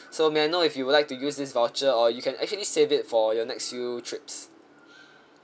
so may I know if you would like to use this voucher or you can actually save it for your next few trip